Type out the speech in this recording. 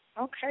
Okay